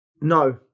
No